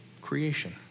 creation